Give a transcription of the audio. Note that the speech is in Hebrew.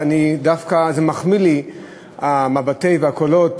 דווקא זה מחמיא לי המבטים והקולות,